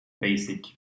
basic